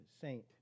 Saint